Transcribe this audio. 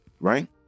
right